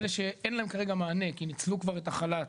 אלה שאין להם כרגע מענה כי ניצלו כבר את החל"ת.